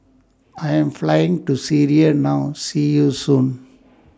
I Am Flying to Syria now See YOU Soon